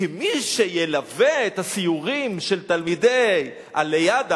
כי מי שילווה את הסיורים של תלמידי הליד"ה,